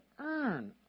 earn